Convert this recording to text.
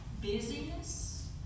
busyness